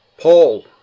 Paul